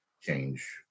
change